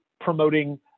promoting